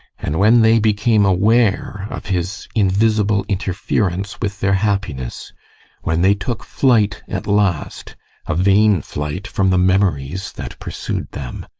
and when they became aware of his invisible interference with their happiness when they took flight at last a vain flight from the memories that pursued them,